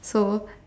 so